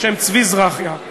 בשם צבי זרחיה.